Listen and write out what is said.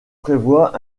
prévoient